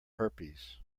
herpes